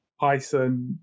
Python